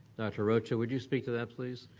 dr. rocha, would you speak to that please?